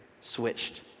switched